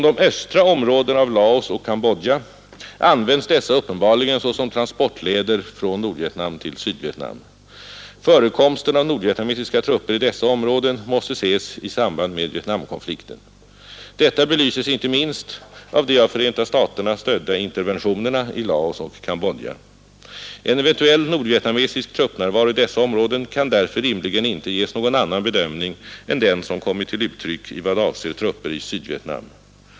De östra områdena av Laos och Cambodja används uppenbarligen såsom transportleder från Nordvietnam till Sydvietnam. Förekomsten av nordvietnamesiska trupper i dessa områden måste ses i samband med Vietnamkonflikten. Detta belyses inte minst av de av Förenta staterna stödda interventionerna i Laos och Cambodja. En eventuell nordvietnamesisk truppnärvaro i dessa områden kan därför rimligen inte ges någon annan bedömning än den som kommit till uttryck i vad avser trupper i Sydvietnam.